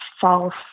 false